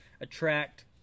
attract